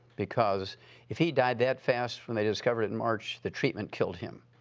because if he died that fast when they discovered it in march, the treatment killed him.